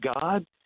God